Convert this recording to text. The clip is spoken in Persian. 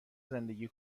زندگی